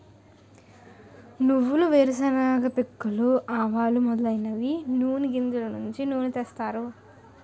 నువ్వులు వేరుశెనగ పిక్కలు ఆవాలు మొదలైనవి నూని గింజలు నుంచి నూనె తీస్తారు